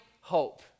hope